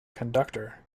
conductor